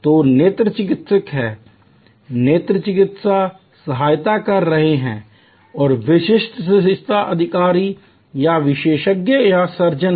तो नेत्र चिकित्सक हैं नेत्र चिकित्सा सहायता कर रहे हैं और वरिष्ठ चिकित्सा अधिकारी या विशेषज्ञ या सर्जन हैं